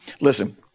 Listen